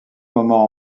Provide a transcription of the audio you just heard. moments